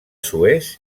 suez